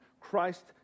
Christ